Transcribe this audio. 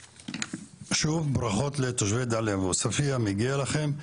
שוב, ברכות לתושבי דליה ועוספיה, מגיע לכם.